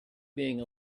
being